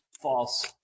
False